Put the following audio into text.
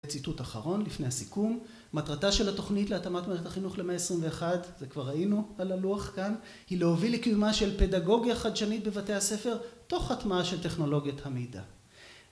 ציטוט אחרון, לפני הסיכום, מטרתה של התוכנית להתאמת מערכת החינוך למאה עשרים ואחת, זה כבר ראינו על הלוח כאן, היא להוביל לקיומה של פדגוגיה חדשנית בבתי הספר, תוך הטמעה של טכנולוגיית המידע.